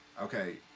Okay